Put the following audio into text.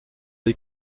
les